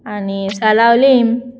आनी साळावली